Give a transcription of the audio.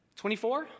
24